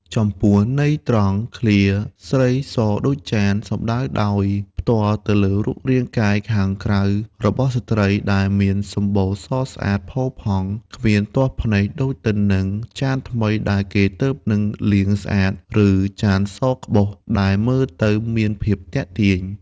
ចំពោះន័យត្រង់ឃ្លា "ស្រីសដូចចាន" សំដៅដោយផ្ទាល់ទៅលើរូបរាងកាយខាងក្រៅរបស់ស្ត្រី ដែលមានសម្បុរសស្អាតផូរផង់ គ្មានទាស់ភ្នែក ដូចទៅនឹងចានថ្មីដែលគេទើបនឹងលាងស្អាត ឬចានសក្បុសដែលមើលទៅមានភាពទាក់ទាញ។